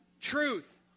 Truth